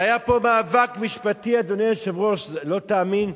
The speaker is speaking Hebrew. היה פה מאבק משפטי, אדוני היושב-ראש, לא תאמין,